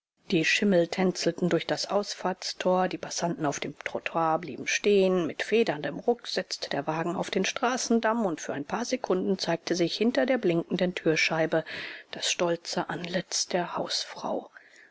die schimmel tänzelten durch das ausfahrtstor die passanten auf dem trottoir blieben stehen mit federndem ruck setzte der wagen auf den straßendamm und für ein paar sekunden zeigte sich hinter der blinkenden türscheibe das stolze antlitz der hausfrau